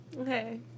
Okay